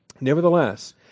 Nevertheless